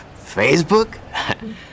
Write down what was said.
Facebook